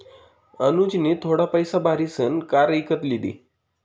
अनुजनी थोडा पैसा भारीसन कार इकत लिदी